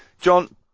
John